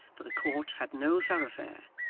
for the court had no thoroughfare,